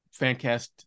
Fancast